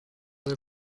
del